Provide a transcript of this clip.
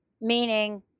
meaning